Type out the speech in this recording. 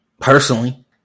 personally